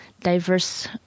diverse